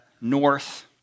north